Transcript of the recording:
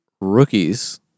rookies